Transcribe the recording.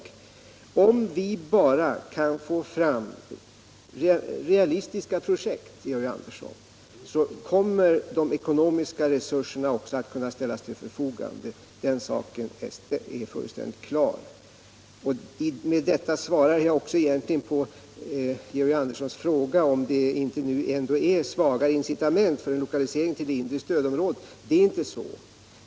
Om vi bara kan få fram realistiska projekt, Georg Andersson, kommer de ekonomiska resurserna också att kunna ställas till förfogande. Den saken är fullständigt klar. Med detta svarar jag också egentligen på Georg Anderssons fråga om det ändå inte är svaga incitament för en lokalisering till det inre stödområdet — det är inte så.